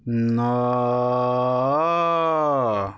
ନଅ